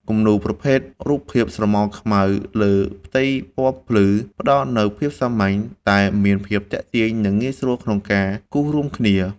គំនូរប្រភេទ រូបភាពស្រមោលខ្មៅលើផ្ទៃពណ៌ភ្លឺ ផ្ដល់នូវភាពសាមញ្ញតែមានភាពទាក់ទាញ និងងាយស្រួលក្នុងការគូររួមគ្នា។